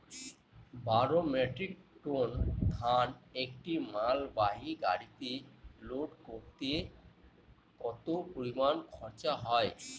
বারো metric ton ধান একটি মালবাহী গাড়িতে লোড করতে কতো পরিমাণ খরচা হয়?